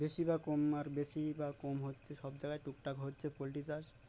বেশি বা কম আর বেশি বা কম হচ্ছে সব জায়গায় টুকটাক হচ্ছে পোলট্রি চাষ